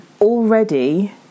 Already